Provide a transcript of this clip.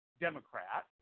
Democrat